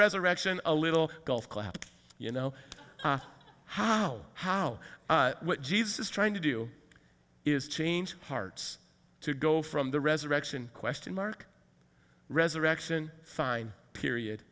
resurrection a little golf clap you know how how what jesus is trying to do is change hearts to go from the resurrection questionmark resurrection fine period